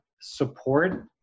support